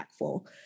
impactful